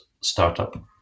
startup